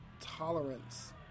tolerance